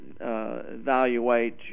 evaluate